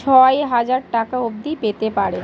ছয় হাজার টাকা অবধি পেতে পারে